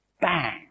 bang